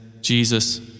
Jesus